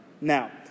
Now